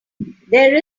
there